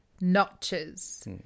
notches